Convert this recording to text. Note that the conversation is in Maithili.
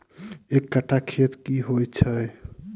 एक कट्ठा खेत की होइ छै?